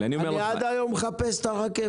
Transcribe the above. אני עד היום מחפש את הרכבת.